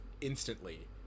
instantly